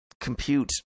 compute